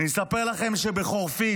אני אספר לכם שבחורפיש,